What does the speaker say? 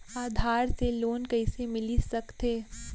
आधार से लोन कइसे मिलिस सकथे?